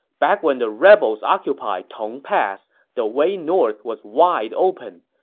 back when the rebels occupied tong pass, the way north was wide open.